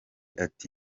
ati